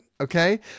okay